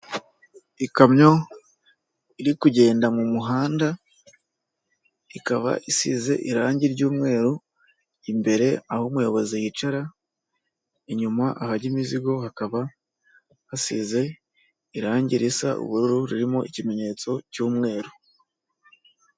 Ikamyo iri kugenda mu muhanda ikaba isize irangi ry'umweru, imbere aho umuyobozi yicara inyuma ahajya imizigo hakaba hasize irangi risa ubururu, ririmo ikimenyetso cy'umweru.